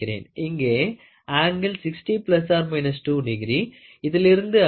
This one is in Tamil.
இங்கே ஆங்கிள் 60 ±2° இதிலிருந்து அது 40 ± 0